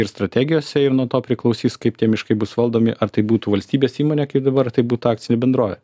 ir strategijose ir nuo to priklausys kaip tie miškai bus valdomi ar tai būtų valstybės įmonė kaip dabar ar tai būtų akcinė bendrovė